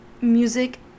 music